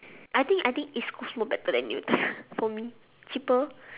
I think I think east-coast more better than newton for me cheaper